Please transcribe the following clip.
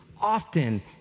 often